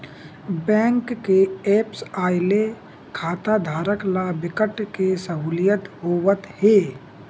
bank के apps आए ले खाताधारक ल बिकट के सहूलियत होवत हे